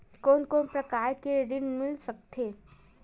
कोन कोन प्रकार के ऋण मिल सकथे?